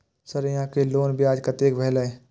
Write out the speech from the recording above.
Sir यहां के loan ब्याज कतेक भेलेय?